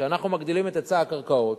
כשאנחנו מגדילים את היצע הקרקעות,